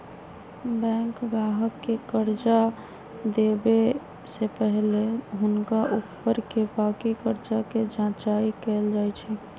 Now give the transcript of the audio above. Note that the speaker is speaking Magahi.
बैंक गाहक के कर्जा देबऐ से पहिले हुनका ऊपरके बाकी कर्जा के जचाइं कएल जाइ छइ